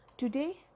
Today